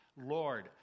Lord